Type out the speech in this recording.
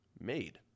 made